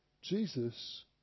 Jesus